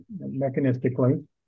mechanistically